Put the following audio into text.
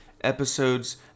episodes